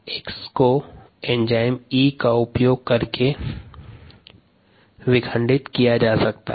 X को enzyme E का उपयोग करके विखंडित किया जा सकता है